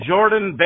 Jordan